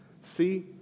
See